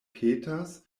petas